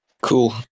cool